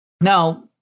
Now